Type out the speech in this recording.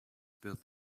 built